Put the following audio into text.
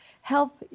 help